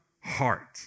heart